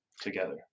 together